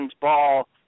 ball